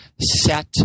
set